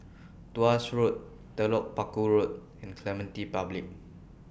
Tuas Road Telok Paku Road and Clementi Public